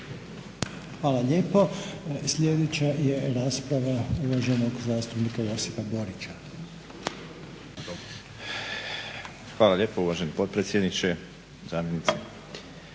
Hvala lijepo. Sljedeća je rasprava uvaženog zastupnika Josipa Borića. **Borić, Josip (HDZ)** Hvala lijepo uvaženi potpredsjedniče, zamjenice.